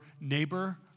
neighbor